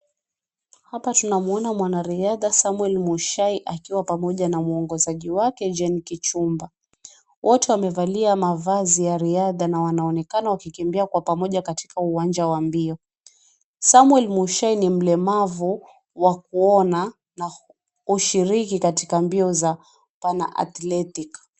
Hapa tunamuona mwanariadha Samuel Mushai akiwa pamoja na muongozaji wake Jane Kipchumba. Wote wamevalia mavazi ya riadha na wanaonekana wakikimbia kwa pamoja katika uwanja wa mbio. Samuel Mushai ni mlemavu wa kuona na hushiriki katika mbio za [cp] para athletic[cp]